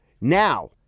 Now